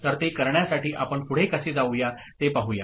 तर ते करण्यासाठी आपण पुढे कसे जाऊया ते पाहूया